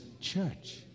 Church